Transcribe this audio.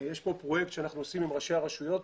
יש כאן פרויקט שאנחנו עושים עם ראשי הרשויות.